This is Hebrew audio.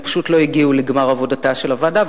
הם פשוט לא הגיעו לגמר עבודתה של הוועדה,